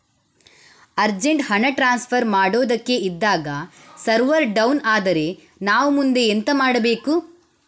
Urgent ಹಣ transfer ಮಾಡೋದಕ್ಕೆ ಇದ್ದಾಗ ಸರ್ವರ್ ಡೌನ್ ಆದರೆ ನಾವು ಮುಂದೆ ಎಂತ ಮಾಡಬೇಕು?